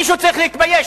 מישהו צריך להתבייש.